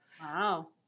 Wow